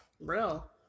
real